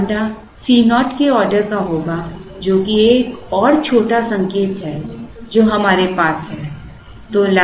तो lambda Co के order का होगा जो कि एक और छोटा संकेत है जो हमारे पास है